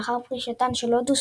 לאחר פרישתן של הודו,